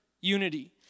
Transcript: unity